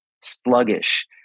sluggish